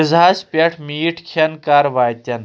غٕزہَس پٮ۪ٹھ مِیٖٹۍ کھیٚن کَر واتَن